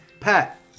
Pat